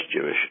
Jewish